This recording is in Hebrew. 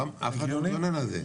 אף אחד לא מתלונן על זה.